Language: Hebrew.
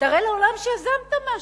תראה לעולם שיזמת משהו.